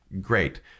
Great